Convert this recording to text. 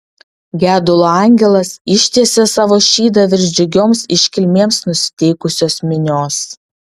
gedulo angelas ištiesė savo šydą virš džiugioms iškilmėms nusiteikusios minios